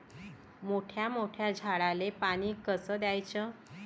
मोठ्या मोठ्या झाडांले पानी कस द्याचं?